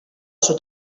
sud